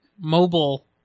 mobile